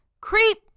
Creep